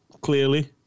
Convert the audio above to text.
clearly